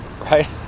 Right